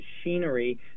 machinery